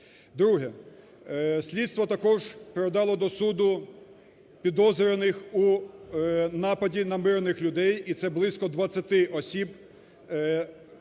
Друге. Слідство також передало до суду підозрюваних у нападі на мирних людей, і це близько 20 осіб,